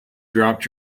dropped